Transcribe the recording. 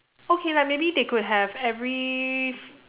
okay like maybe they could have every